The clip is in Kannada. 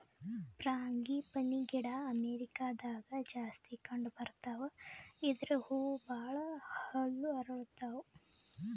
ಫ್ರಾಂಗಿಪನಿ ಗಿಡ ಅಮೇರಿಕಾದಾಗ್ ಜಾಸ್ತಿ ಕಂಡಬರ್ತಾವ್ ಇದ್ರ್ ಹೂವ ಭಾಳ್ ಹಳ್ಳು ಅರಳತಾವ್